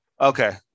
okay